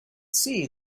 see